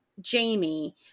Jamie